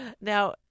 Now